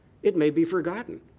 it may be forgotten,